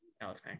Alex